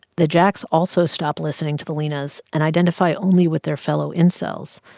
the jacks also stop listening to the linas and identify only with their fellow incels,